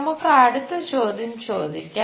നമുക്ക് അടുത്ത ചോദ്യം ചോദിക്കാം